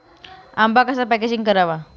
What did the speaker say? आंबा कसा पॅकेजिंग करावा?